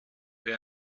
für